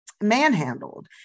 manhandled